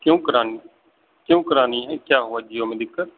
کیوں کرانی کیوں کرانی ہے کیا ہوا جیو میں دقت